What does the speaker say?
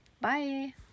Bye